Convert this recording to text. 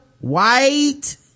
White